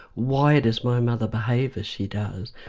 why does my mother behave as she does.